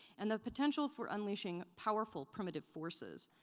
and the potential for unleashing powerful primitive forces.